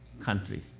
country